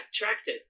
attracted